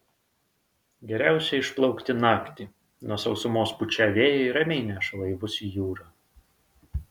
geriausia išplaukti naktį nuo sausumos pučią vėjai ramiai neša laivus į jūrą